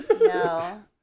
No